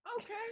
okay